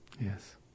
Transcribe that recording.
Yes